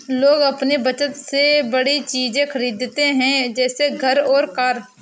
लोग अपनी बचत से बड़ी चीज़े खरीदते है जैसे घर और कार